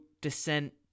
descent